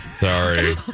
Sorry